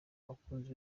abakunzi